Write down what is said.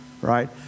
right